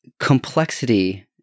complexity